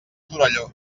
torelló